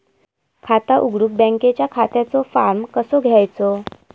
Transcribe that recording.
खाता उघडुक बँकेच्या खात्याचो फार्म कसो घ्यायचो?